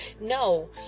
No